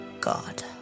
God